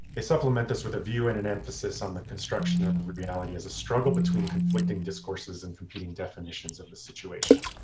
they supplement this with a view and an emphasis on the construction of reality as a struggle between conflicting discourses and competing definitions of the situation.